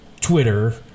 Twitter